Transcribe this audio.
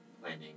planning